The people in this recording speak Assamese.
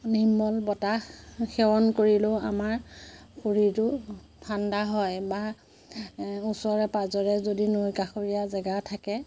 নিৰ্মল বতাহ সেৱন কৰিলেও আমাৰ শৰীৰটো ঠাণ্ডা হয় বা ওচৰে পাজৰে যদি নৈকাষৰীয়া জেগা থাকে